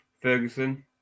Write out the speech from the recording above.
Ferguson